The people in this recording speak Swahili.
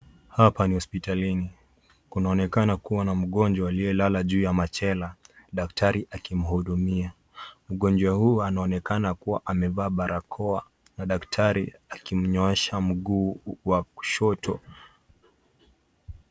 Hapa ni hospitalini, kunaonekana kuwa na mgonjwa aliyelala juu ya machela daktari akimhudumia. Mgonjwa huu anaoneka kuwa amevaa barakoa na daktari akimnyoosha mguu wa kushoto.